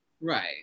Right